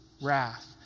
wrath